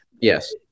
Yes